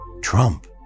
Trump